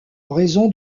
raison